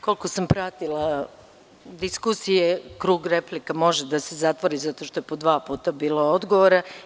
Koliko sam pratila diskusije, krug replika može da se zatvori zato što je po dva puta bilo odgovora.